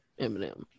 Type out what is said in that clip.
Eminem